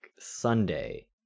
Sunday